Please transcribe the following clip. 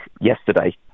yesterday